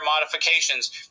modifications